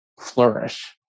flourish